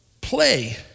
play